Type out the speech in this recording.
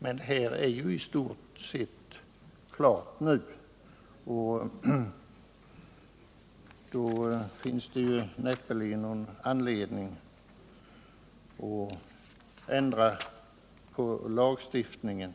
Men allt är vil i stort sett klart nu. Och då finns det näppeligen någon anledning att ändra på lagstiftningen.